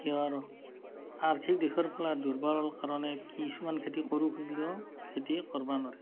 আৰ্থিক দিশৰফালে দুৰ্বল কাৰণে কি কিছুমান খেতি কৰোঁ খুজিলেও খেতি কৰিব নোৱাৰে